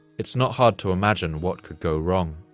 it's not hard to imagine what could go wrong.